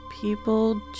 people